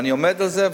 ואני עומד על זה,